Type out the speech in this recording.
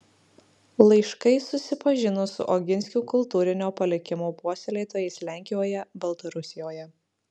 laiškais susipažino su oginskių kultūrinio palikimo puoselėtojais lenkijoje baltarusijoje